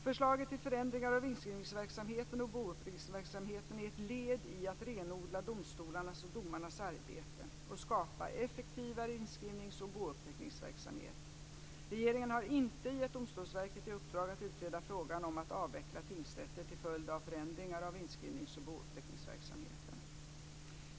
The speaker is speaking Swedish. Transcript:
Förslaget till förändringar av inskrivningsverksamheten och bouppteckningsverksamheten är ett led i att renodla domstolarnas och domarnas arbete och skapa effektivare inskrivnings och bouppteckningsverksamhet. Regeringen har inte gett Domstolsverket i uppdrag att utreda frågan om att avveckla tingsrätter till följd av förändringar av inskrivnings och bouppteckningsverksamheten.